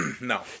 No